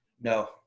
No